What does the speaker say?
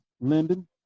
Linden